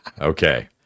Okay